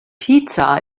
pizza